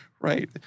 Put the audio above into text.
Right